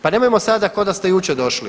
Pa nemojmo sada ko da ste jučer došli!